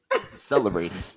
Celebrating